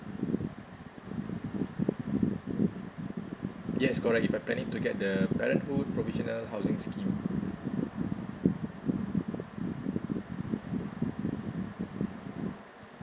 yes correct if I'm planning to get the parenthood provisional housing scheme